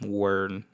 word